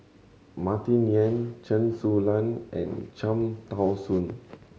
Martin Yan Chen Su Lan and Cham Tao Soon